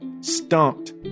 Stumped